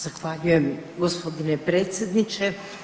Zahvaljujem gospodine predsjedniče.